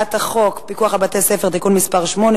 חוק פיקוח על בתי-ספר (תיקון מס' 8)